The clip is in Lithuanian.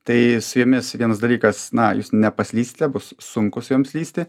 tai su jomis vienas dalykas na jūs nepaslysite bus sunku su jom slysti